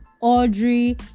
audrey